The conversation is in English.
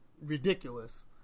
ridiculous